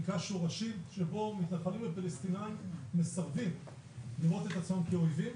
מפגש שורשים שבו מתנחלים ופלסטינים מסרבים לראות את עצמם כאויבים.